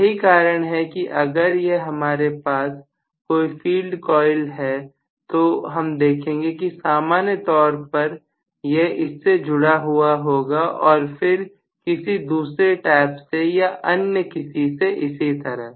यही कारण है कि अगर यह हमारे पास कोई फील्ड कॉइल है तो हम देखेंगे कि सामान्य तौर पर यह इससे जुड़ा हुआ होगा या फिर किसी दूसरे टैप से या अन्य किसी से इसी तरह